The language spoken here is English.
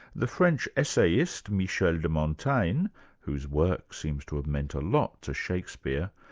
the french essayist, michel de montaigne whose work seems to have meant a lot to shakespeare,